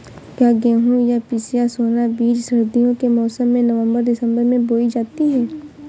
क्या गेहूँ या पिसिया सोना बीज सर्दियों के मौसम में नवम्बर दिसम्बर में बोई जाती है?